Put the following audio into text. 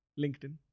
LinkedIn